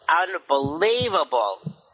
unbelievable